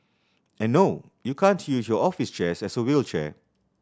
and no you can't use your office chair as a wheelchair